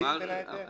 בין היתר.